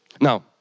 Now